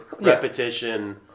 repetition